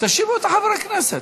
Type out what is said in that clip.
תושיבו את חברי הכנסת.